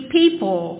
people